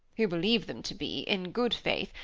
who believe them to be, in good faith,